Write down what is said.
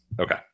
Okay